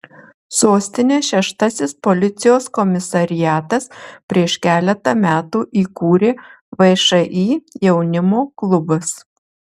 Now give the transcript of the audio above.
sostinės šeštasis policijos komisariatas prieš keletą metų įkūrė všį jaunimo klubas